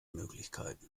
möglichkeiten